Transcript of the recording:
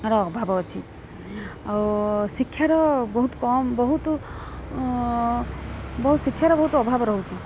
ର ଅଭାବ ଅଛି ଆଉ ଶିକ୍ଷାର ବହୁତ କମ୍ ବହୁତ ବହୁତ ଶିକ୍ଷାର ବହୁତ ଅଭାବ ରହୁଛି